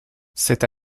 cette